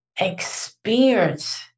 Experience